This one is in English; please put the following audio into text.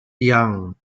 yang